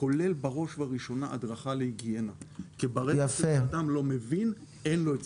שכולל בראש ובראשונה הדרכה להיגיינה כי ברגע שאדם לא מבין אין לו את זה.